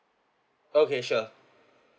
okay sure